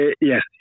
yes